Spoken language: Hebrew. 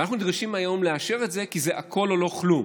ואנחנו נדרשים היום לאשר את זה כי זה הכול או לא כלום.